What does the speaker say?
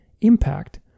impact